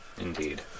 Indeed